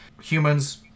humans